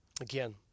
again